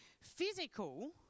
physical